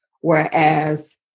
Whereas